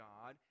God